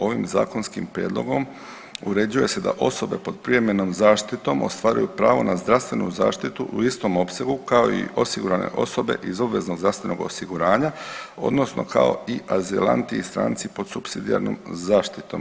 Ovim zakonskim prijedlogom uređuje se da osobe pod privremenom zaštitom ostvaruju pravo na zdravstvenu zaštitu u istom opsegu kao i osigurane osobe iz obveznog zdravstvenog osiguranja odnosno kao i azilanti i stranci pod supsidijarnom zaštitom.